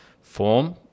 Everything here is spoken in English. form